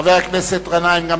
חבר הכנסת גנאים, בבקשה.